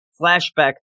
flashback